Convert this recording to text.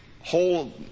whole